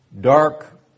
dark